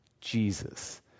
Jesus